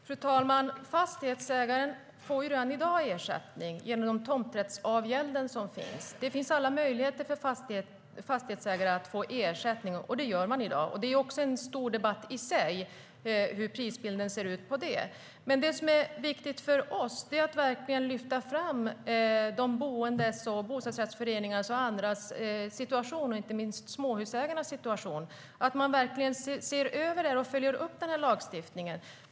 Fru talman! Fastighetsägaren får ju redan i dag ersättning genom den tomträttsavgäld som finns. Det finns alla möjligheter för fastighetsägare att få ersättning, och det får man i dag. Det är även en stor debatt i sig hur prisbilden ser ut för det. Det som är viktigt för oss är dock att verkligen lyfta fram de boendes, bostadsrättsföreningarnas och andras situation. Det gäller inte minst småhusägarnas situation. Man ska verkligen se över detta och följa upp den här lagstiftningen.